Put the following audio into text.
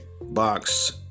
box